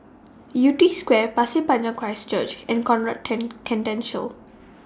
Yew Tee Square Pasir Panjang Christ Church and Conrad Centennial